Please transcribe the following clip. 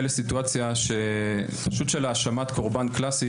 לסיטואציה פשוט של האשמת קורבן קלאסית,